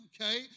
okay